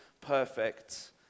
perfect